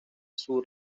sur